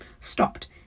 stopped